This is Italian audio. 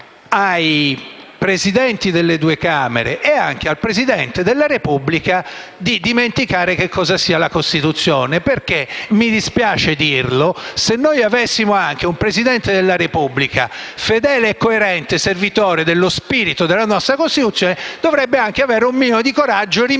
ai Presidenti delle due Camere e anche al Presidente della Repubblica di dimenticare cosa sia la Costituzione». Mi dispiace infatti dire che, se noi avessimo un Presidente della Repubblica fedele e coerente servitore dello spirito della nostra Costituzione, dovrebbe avere anche un minimo di coraggio, rimandando